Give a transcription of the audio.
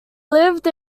lived